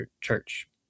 Church